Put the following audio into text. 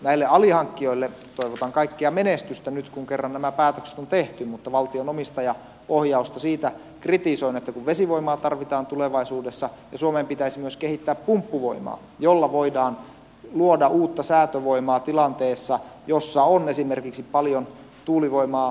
näille alihankkijoille toivotan kaikkea menestystä nyt kun kerran nämä päätökset on tehty mutta valtion omistajaohjausta kritisoin siitä että kun vesivoimaa tarvitaan tulevaisuudessa ja suomeen pitäisi myös kehittää pumppuvoimaa jolla voidaan luoda uutta säätövoimaa tilanteessa jossa on esimerkiksi paljon tuulivoimaa saatavilla